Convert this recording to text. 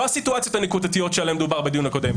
הסיטואציות הנקודתיות שדובר עליהן בדיון הקודם,